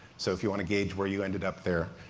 so if you want to gauge where you ended up there,